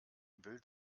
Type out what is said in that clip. will